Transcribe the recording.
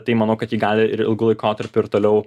tai manau kad ji gali ir ilgu laikotarpiu ir toliau